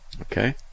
Okay